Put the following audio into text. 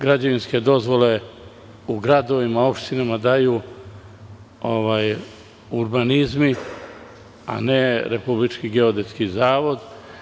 Građevinske dozvole u gradovima, opštinama daju urbanizmi a ne Republički geodetski zavod.